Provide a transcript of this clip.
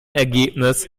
ergebnis